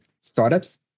startups